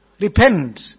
repent